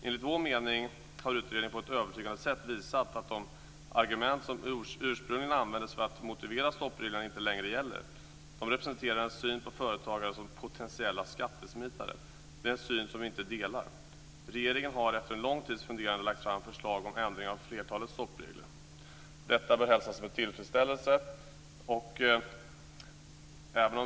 Enligt vår mening har utredningen på ett övertygande sätt visat att de argument som ursprungligen användes för att motivera stoppreglerna inte längre gäller. De representerar en syn på företagare som potentiella skattesmitare. Det är en syn som vi inte delar. Regeringen har efter en lång tids funderande lagt fram förslag om ändringar av flertalet stoppregler. Detta bör hälsas med tillfredsställelse.